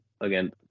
again